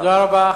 תודה רבה.